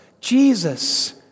Jesus